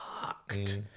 fucked